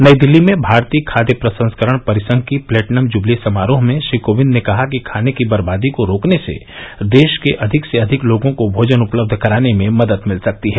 नई दिल्ली में भारतीय खाद्य प्रसंस्करण परिसंघ की प्लेटिनम जुबली समारोह में श्री कोविंद ने कहा कि खाने की बर्बादी को रोकने से देश के अधिक से अधिक लोगों को भोजन उपलब्ध कराने में मदद मिल सकती है